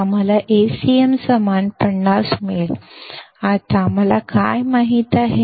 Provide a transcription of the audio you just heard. आम्हाला Acm समान 50 मिळेल आता आम्हाला काय माहित आहे